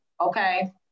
Okay